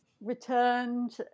returned